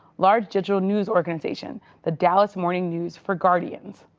large digital news organization the dallas morning news for guardians.